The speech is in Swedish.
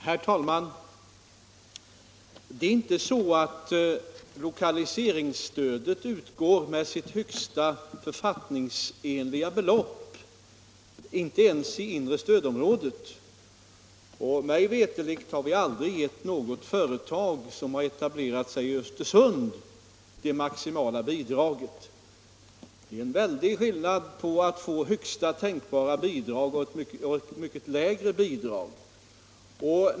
Herr talman! Det är inte så att lokaliseringsstödet utgår med sitt högsta författningsenliga belopp ens i inre stödområdet. Mig veterligt har vi aldrig givit något företag som etablerat sig i Östersund det maximala bidraget. Det är en väldig skillnad mellan att få högsta tänkbara bidrag och att få ett mindre bidrag.